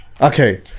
okay